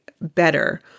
better